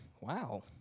Wow